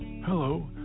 Hello